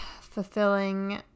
fulfilling